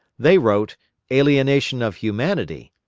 they wrote alienation of humanity,